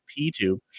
P2